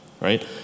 right